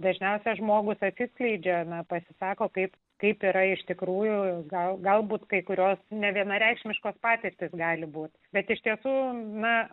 dažniausiai žmogus atsiskleidžia ne pasisako taip kaip yra iš tikrųjų gal galbūt kai kurios nevienareikšmiškos patirtys gali būti bet iš tiesų na